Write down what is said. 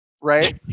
right